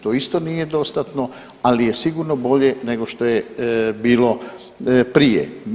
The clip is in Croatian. To isto nije dostatno ali je sigurno bolje nego što je bilo prije.